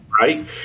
Right